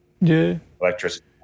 electricity